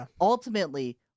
Ultimately